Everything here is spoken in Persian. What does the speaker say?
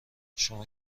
شما